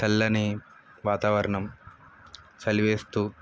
చల్లని వాతావరణం చలివేస్తూ